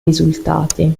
risultati